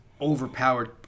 overpowered